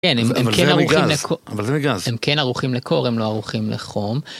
אבל זה מגז, אבל זה מגז. הם כן ערוכים לקור, הם לא ערוכים לחום.